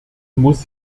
muss